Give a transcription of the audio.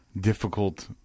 difficult